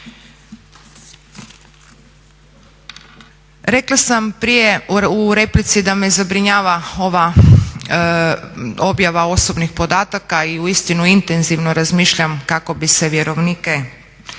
Rekla sam prije u replici da me zabrinjava ova objava osobnih podataka i uistinu intenzivno razmišljam kako bi se vjerovnike